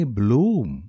bloom